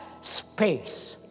space